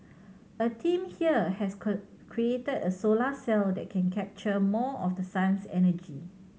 a team here has created a solar cell that can capture more of the sun's energy